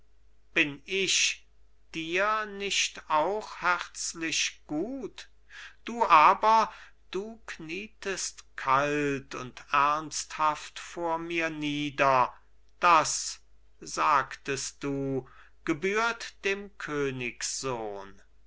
bin ich dir nicht auch herzlich gut du aber du knietest kalt und ernsthaft vor mir nieder das sagtest du gebührt dem königssohn